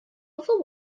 other